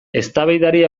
eztabaidari